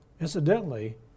Incidentally